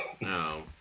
No